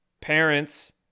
parents